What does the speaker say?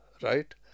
right